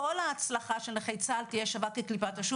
כל ההצלחה של נכי צה"ל תהיה שווה כקליפת השום,